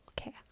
Okay